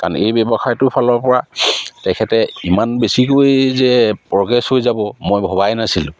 কাৰণ এই ব্যৱসায়টোৰ ফালৰপৰা তেখেতে ইমান বেছিকৈ যে প্ৰগ্ৰেছ হৈ যাব মই ভবাই নাছিলোঁ